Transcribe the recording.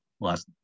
last